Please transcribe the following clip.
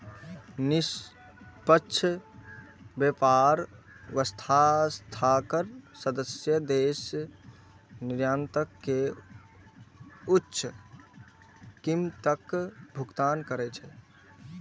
निष्पक्ष व्यापार व्यवस्थाक सदस्य देश निर्यातक कें उच्च कीमतक भुगतान करै छै